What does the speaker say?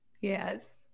Yes